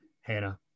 Hannah